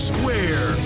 Square